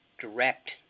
direct